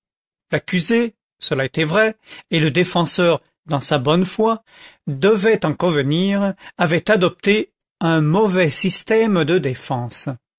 l'accusé cela était vrai et le défenseur dans sa bonne foi devait en convenir avait adopté un mauvais système de défense